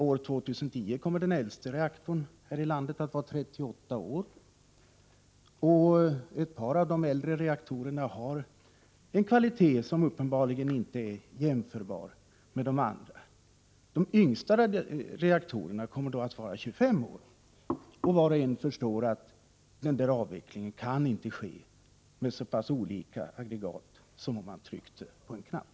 År 2010 kommer den äldsta reaktorn här i landet att vara 38 år, och ett par av de äldre reaktorerna har en kvalitet som uppenbarligen inte är likvärdig med de andras. De yngsta reaktorerna kommer år 2010 att vara 25 år. Var och en förstår att avvecklingen inte kan ske, med så pass olika aggregat, som om man tryckte på en knapp.